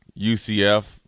UCF